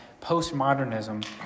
postmodernism